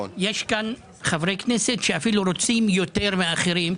יש פה חברי כנסת שאפילו רוצים יותר מהאחרים,